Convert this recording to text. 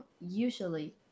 usually